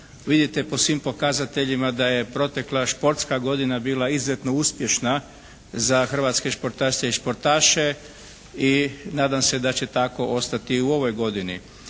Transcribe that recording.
Vidite po svim pokazateljima da je protekla športska godina bila izuzetno uspješna za hrvatske športašice i športaše i nadam se da će tako ostati i u drugoj godini.